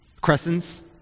crescents